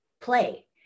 play